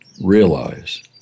realize